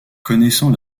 connaissant